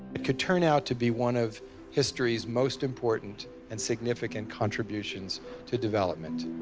could turn out to be one of history's most important and significant contributions to development.